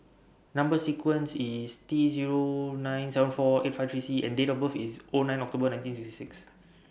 Number sequence IS T Zero nine seven four eight five three C and Date of birth IS O nine October nineteen sixty six